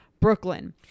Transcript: Brooklyn